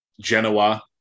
genoa